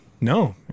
No